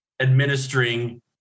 administering